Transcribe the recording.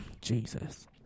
jesus